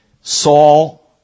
Saul